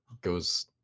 goes